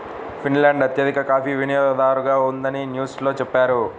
Finland అత్యధిక coffee వినియోగదారుగా ఉందని న్యూస్ లో చెప్పారు